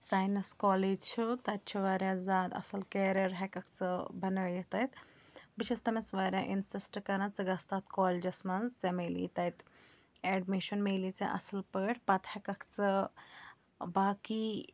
science college چھُ تَتہِ چھُ واریاہ زیادٕ اَصٕل کیریر ہٮٚکَکھ ژٕ بَنٲیِتھ تَتہِ بہٕ چھَس تٔمِس واریاہ اِنسِسٹ کَران ژٕ گژھ تَتھ کالیجَس منٛز ژےٚ میلی تَتہِ ایٮڈمِشَن میلہِ ژےٚ اَصٕل پٲٹھۍ پَتہٕ ہیٚکَکھ ژٕ باقٕے